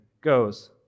goes